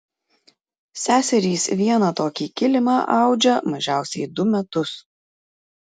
seserys vieną tokį kilimą audžia mažiausiai du metus